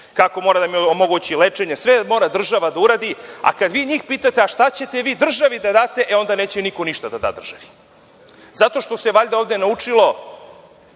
kako mora da mi omogući lečenje. Sve mora država da uradi, a kada vi njih pitate šta ćete vi državi da date, onda neće niko ništa da da državi. Zato što se valjda ovde naučilo